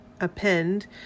append